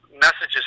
messages